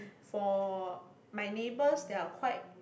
for my neighbours they are quite